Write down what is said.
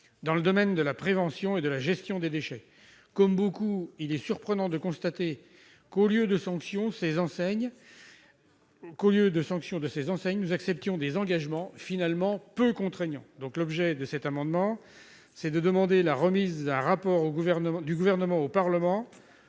dans le domaine de la prévention et de la gestion des déchets. Comme beaucoup, je suis surpris de constater que, au lieu de sanctionner ces enseignes, nous acceptons des engagements finalement peu contraignants. C'est pourquoi nous demandons la remise d'un rapport du Gouvernement au Parlement